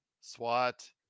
SWAT